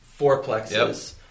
fourplexes